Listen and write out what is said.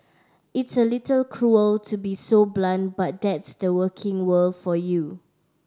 it's a little cruel to be so blunt but that's the working world for you